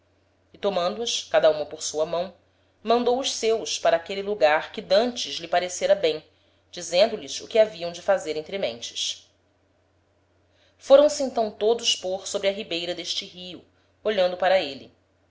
e tomando as cada uma por sua mão mandou os seus para aquele lugar que d'antes lhe parecera bem dizendo-lhes o que haviam de fazer entrementes foram-se então todos pôr sobre a ribeira d'este rio olhando para êle